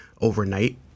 overnight